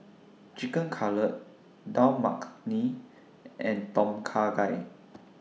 Chicken Cutlet Dal Makhani and Tom Kha Gai